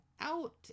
out